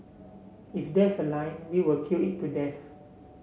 if there's a line we will queue it to death